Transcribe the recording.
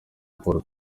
paul